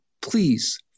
please